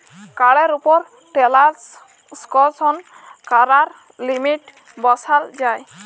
কাড়ের উপর টেরাল্সাকশন ক্যরার লিমিট বসাল যায়